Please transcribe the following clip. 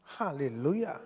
Hallelujah